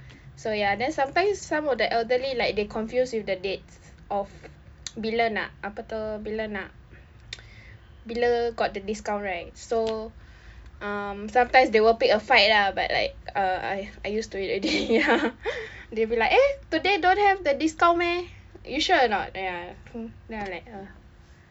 so ya then sometimes some of the elderly like they confuse with the dates of bila nak apa itu bila nak bila got the discount right so um sometimes they will pick a fight lah but like uh uh I'm used to it already they will be like eh today don't have the discount meh you sure or not ya then I like uh